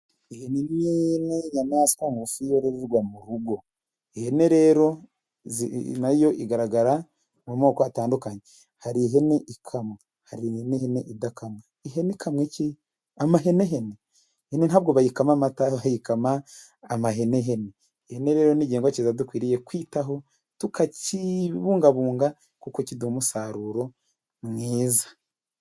Ihene n'itungo ryororerwa mu rugo, ihene rero nayo igaragara mu moko atandukanye; hari ihene ikamwa, hari n'ihene idakamwa, ihene ikamwa iki? amahenehene, ihene ntabwobwo bayikama amata, bayikama amahenehene. Ihene rero n'inyamaswa nziza dukwiriye kwitaho tukayibungabunga kuko kiduha umusaruro mwiza.